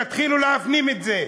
תתחילו להפנים את זה.